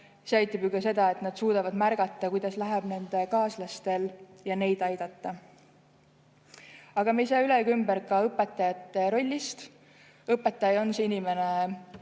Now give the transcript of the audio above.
See aitab [kaasa ka sellele], et nad suudaksid märgata, kuidas läheb nende kaaslastel, ja neid aidata. Aga me ei saa üle ega ümber ka õpetajate rollist. Õpetaja on see inimene,